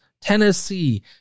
Tennessee